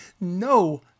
No